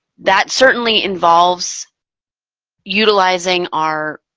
that certainly involves utilizing our,